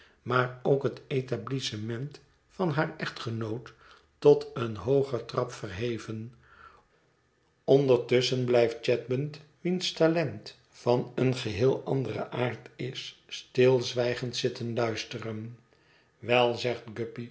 maar ook het etablissement van haar echtgenoot tot een hooger trap verheven ondertusschen blijft chadband wiens talent van een geheel anderen aard is stilzwijgend zitten luisteren wel zegt